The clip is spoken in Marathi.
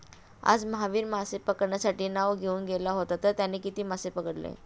आज महावीर मासे पकडण्यासाठी नाव घेऊन गेला होता तर त्याने किती मासे पकडले?